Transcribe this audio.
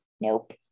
Nope